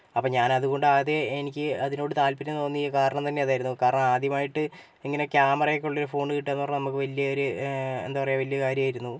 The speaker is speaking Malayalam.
അപ്പം ഞാൻ അതുകൊണ്ട് അത് എനിക്ക് അതിനോട് താല്പര്യം തോന്നിയ കാരണം തന്നെ അതായിരുന്നു കാരണം ആദ്യമായിട്ട് ഇങ്ങനെ ക്യാമറ ഒക്കെ ഉള്ള ഒരു ഫോൺ കിട്ടുക എന്ന് പറഞ്ഞാൽ നമുക്ക് വലിയൊരു എന്താണ് പറയുക വലിയ കാര്യമായിരുന്നു